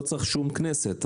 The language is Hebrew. לא צריך שום כנסת,